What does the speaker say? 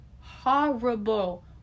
horrible